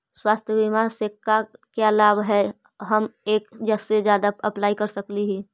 स्वास्थ्य बीमा से का क्या लाभ है हम एक से जादा अप्लाई कर सकली ही?